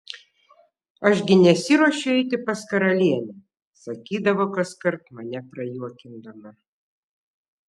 aš gi nesiruošiu eiti pas karalienę sakydavo kaskart mane prajuokindama